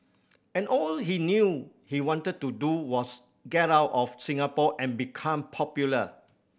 and all he knew he wanted to do was get out of Singapore and become popular